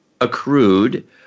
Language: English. accrued